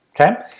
okay